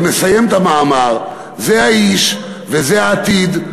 ומסיים את המאמר: זה האיש וזה העתיד.